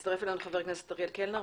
הצטרף אלינו חבר הכנסת אריאל קלנר.